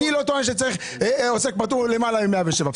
אני לא טוען שעוסק פטור צריך למעלה מ-107.